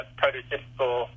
prototypical